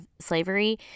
slavery